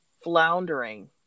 floundering